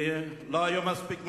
כי לא היו מספיק מבקרים,